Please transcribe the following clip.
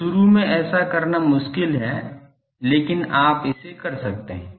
तो शुरू में ऐसा करना मुश्किल है लेकिन आप इसे कर सकते हैं